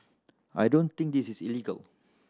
I don't think this is illegal